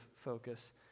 focus